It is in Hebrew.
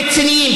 רציניים,